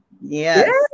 Yes